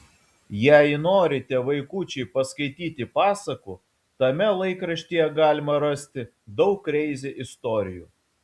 jei norite vaikučiai paskaityti pasakų tame laikraštyje galima rasti daug kreizi istorijų